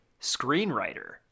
screenwriter